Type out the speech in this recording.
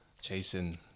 chasing